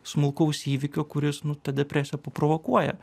smulkaus įvykio kuris nu tą depresiją paprovokuoja